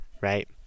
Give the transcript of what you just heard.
right